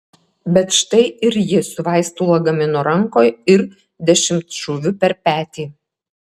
bet štai ir ji su vaistų lagaminu rankoj ir dešimtšūviu per petį